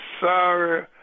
sorry